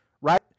right